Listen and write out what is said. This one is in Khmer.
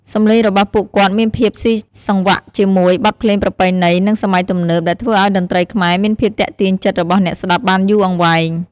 សម្លេងរបស់ពួកគាត់មានភាពសុីសង្វាក់ជាមួយ បទភ្លេងប្រពៃណី និង សម័យទំនើប ដែលធ្វើឲ្យតន្ត្រីខ្មែរ មានភាពទាក់ទាញចិត្តរបស់អ្នកស្តាប់បានយូរអង្វែង។